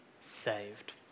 saved